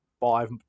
five